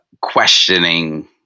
questioning